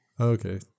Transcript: Okay